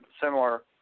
similar